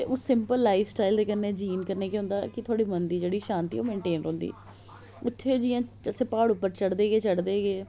ते ओह् simple life style दे कन्नै जीन कन्नै केह् होंदा कि थुआढ़े मन दी जेहड़ी शांति ऐ ओह् मेनटेन रौंह्दी उत्थै जिय़ां प्हाड़ उप्पर चढ़दे गै चढ़दे गै